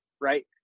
right